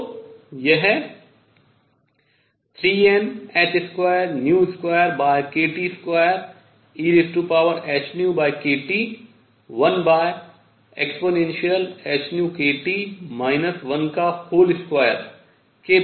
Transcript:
तो यह 3Nh22kT2ehνkT 1ehνkT 12 के बराबर है